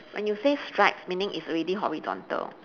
when you say stripes meaning it's already horizontal